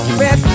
red